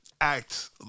act